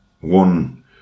one